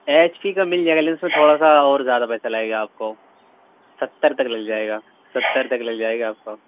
H P کا مل جائے گا لیکن اس میں تھوڑا سا اور زیادہ پیسہ لگے گا آپ کو ستر تک مل جائے گا ستر تک مل جائے گا آپ کو